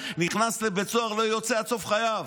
נכנס לבית סוהר ולא יוצא עד סוף חייו.